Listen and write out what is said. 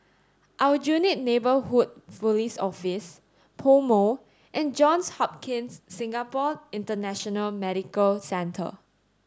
Aljunied Neighbourhood Police Office PoMo and Johns Hopkins Singapore International Medical Centre